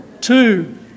Two